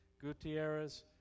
Gutierrez